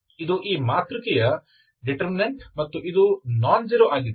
ಇದು ಈ ಮಾತೃಕೆಯ ಡಿಟರ್ಮಿನಂಟ ಮತ್ತು ಇದು ನಾನ್ ಜೀರೋ ಆಗಿದೆ